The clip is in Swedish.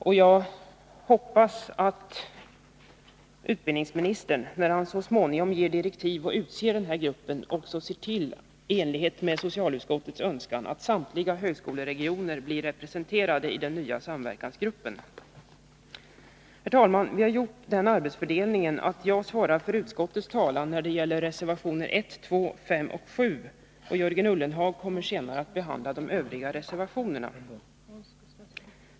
Och jag hoppas att utbildningsministern — när han så småningom ger direktiv och utser den här gruppen — också ser till att samtliga högskoleregioner blir representerade i den nya samverkansgruppen, i enlighet med socialutskottets önskan. Herr talman! Vi har gjort den arbetsfördelningen att jag svarar för utskottets talan när det gäller reservationerna 1, 2, 5 och 7. Jörgen Ullenhag kommer senare att behandla de övriga reservationerna.